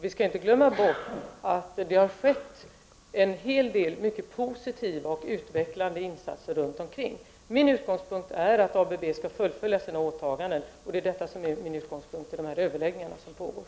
Vi skall inte glömma bort att det har skett en hel del mycket positiva och utvecklande insatser runt omkring. Min utgångspunkt är att ABB skall fullfölja sina åtaganden — detta är också en utgångspunkt i de överläggningar som pågår.